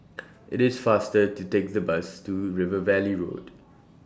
IT IS faster to Take The Bus to River Valley Road